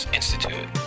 Institute